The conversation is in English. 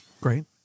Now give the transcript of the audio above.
Great